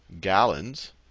gallons